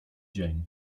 dzień